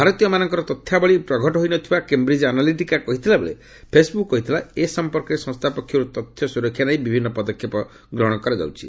ଭାରତୀୟମାନଙ୍କର ତଥ୍ୟାବଳୀ ପ୍ରଘଟ ହୋଇ ନ ଥିବା କ୍ୟାମ୍ରିଜ୍ ଆନାଲିଟିକା କହିଥିବାବେଳେ ଫେସ୍ବୁକ୍ କହିଥିଲା ଏ ସମ୍ପର୍କରେ ସଂସ୍ଥା ପକ୍ଷରୁ ତଥ୍ୟ ସୁରକ୍ଷା ନେଇ ବିଭିନ୍ନ ପଦକ୍ଷେପ ଗ୍ରହଣ କରାଯାଉଛି